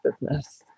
business